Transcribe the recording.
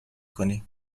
کنی